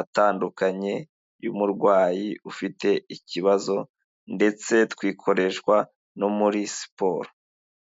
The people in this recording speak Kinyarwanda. atandukanye y'umurwayi ufite ikibazo ndetse twikoreshwa no muri siporo.